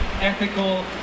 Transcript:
ethical